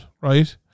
right